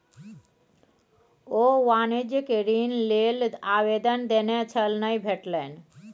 ओ वाणिज्यिक ऋण लेल आवेदन देने छल नहि भेटलनि